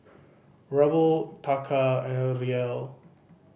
Ruble Taka and Riel